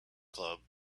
club